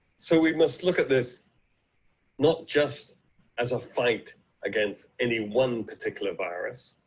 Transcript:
so, we must look at this not just as a fight against any one particular virus,